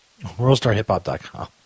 WorldStarHipHop.com